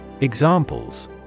Examples